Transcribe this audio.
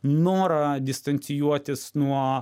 norą distancijuotis nuo